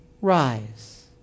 rise